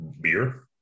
beer